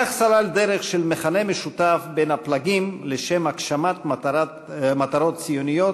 כך סלל דרך של מכנה משותף בין הפלגים לשם הגשמת מטרות ציוניות,